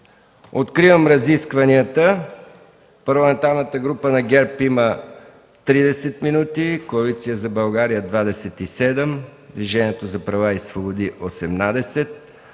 Откривам разискванията. Парламентарната група на ГЕРБ има 30 минути, Коалиция за България – 27, Движението за права и свободи –